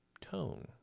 tone